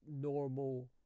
normal